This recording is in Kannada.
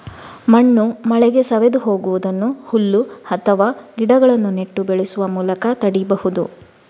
ಮಣ್ಣು ಮಳೆಗೆ ಸವೆದು ಹೋಗುದನ್ನ ಹುಲ್ಲು ಅಥವಾ ಗಿಡಗಳನ್ನ ನೆಟ್ಟು ಬೆಳೆಸುವ ಮೂಲಕ ತಡೀಬಹುದು